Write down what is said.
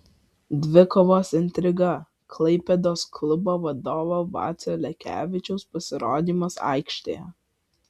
dvikovos intriga klaipėdos klubo vadovo vacio lekevičiaus pasirodymas aikštėje